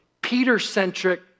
Peter-centric